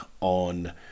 on